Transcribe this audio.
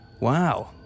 wow